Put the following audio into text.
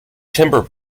timber